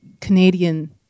Canadian